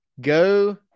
go